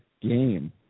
game